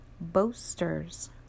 boasters